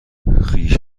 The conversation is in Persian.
خویش